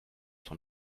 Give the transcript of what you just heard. von